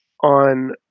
on